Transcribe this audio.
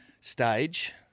stage